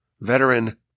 Veteran